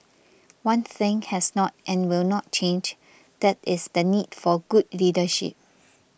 one thing has not and will not change that is the need for good leadership